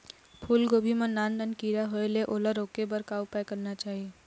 फूलगोभी मां नान नान किरा होयेल ओला रोके बर का उपाय करना चाही?